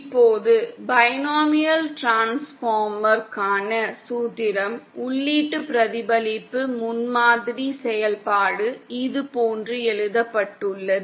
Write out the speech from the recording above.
இப்போது பைனோமியல் டிரான்ஸ்பார்மருக்கான சூத்திரம் உள்ளீட்டு பிரதிபலிப்பு முன்மாதிரி செயல்பாடு இதுபோன்று எழுதப்பட்டுள்ளது